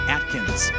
Atkins